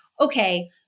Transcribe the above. okay